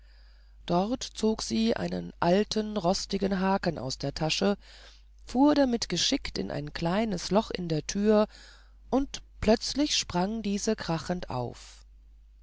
dort zog sie einen alten rostigen haken aus der tasche fuhr damit geschickt in ein kleines loch in der türe und plötzlich sprang diese krachend auf